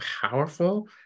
powerful